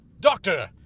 Doctor